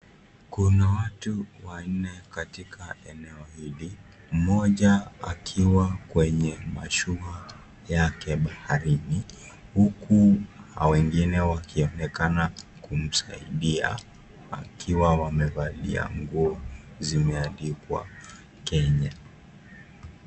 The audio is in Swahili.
Kuna watu wanne katika eneo hili. Mmoja akiwa kwenye mashua yake baharini huku wengine wakionekana kumsaidia wakiwa wamevalia nguo zimeandikwa Kenya.